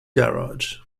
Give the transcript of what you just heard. garage